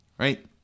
Right